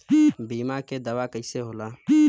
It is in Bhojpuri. बीमा के दावा कईसे होला?